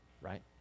right